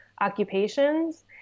occupations